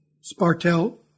Spartel